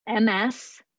MS